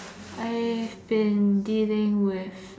I've been dealing with